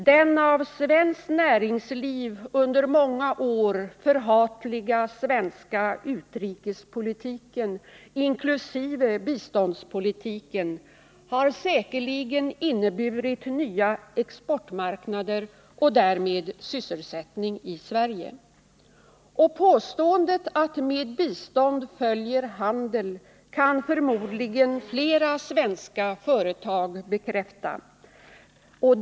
Den av svenskt näringsliv under många år som förhatlig betraktade svenska utrikespolitiken, inkl. biståndspolitiken, har säkerligen inneburit nya exportmarknader och därmed sysselsättning i Sverige. Och påståendet att med bistånd följer handel kan förmodligen flera svenska företag bekräfta.